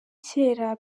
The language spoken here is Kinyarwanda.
kera